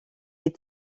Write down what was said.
est